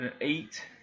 eight